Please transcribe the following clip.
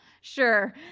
Sure